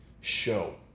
show